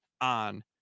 on